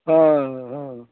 हाँ हाँ